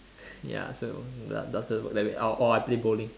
ya so that that's like I like orh I play bowling